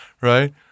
right